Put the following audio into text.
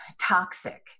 toxic